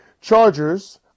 Chargers